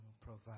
provide